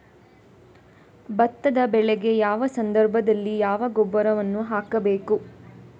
ಭತ್ತದ ಬೆಳೆಗೆ ಯಾವ ಸಂದರ್ಭದಲ್ಲಿ ಯಾವ ಗೊಬ್ಬರವನ್ನು ಹಾಕಬೇಕು?